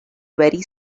very